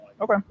Okay